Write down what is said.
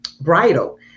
bridal